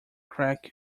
crack